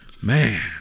Man